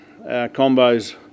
combos